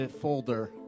folder